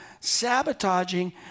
sabotaging